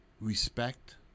respect